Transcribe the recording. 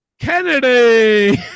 Kennedy